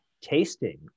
tasting